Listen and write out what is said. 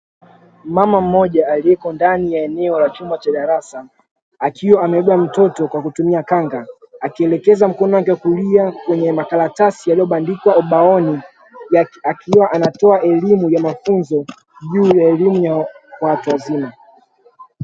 Mama mmoja aliyeko ndani ya chumba cha darasa, akiwa amebeba mtoto kwa kutumia kanga, akielekeza mkono wake wa kulia kwenye makaratasi yaliyobandikwa ubaoni, akiwa anatoa elimu ya mafunzo juu ya elimu kwa watu wazima.